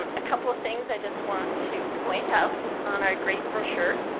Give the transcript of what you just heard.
um a couple of things i just want to point out on our great brochure.